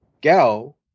Gal